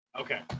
Okay